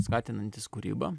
skatinantys kūrybą